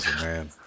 man